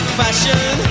fashion